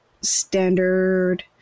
standard